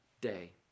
day